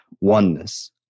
oneness